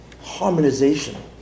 harmonization